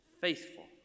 faithful